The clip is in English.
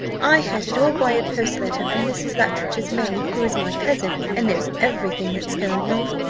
i had it all by a post letter from mrs. luttridge's maid, who is my cousin, and knows every thing that's going on.